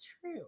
true